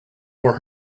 were